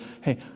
hey